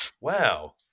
Wow